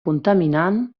contaminant